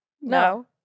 No